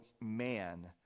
man